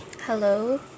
Hello